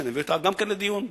שגם אותה אני מביא לדיון,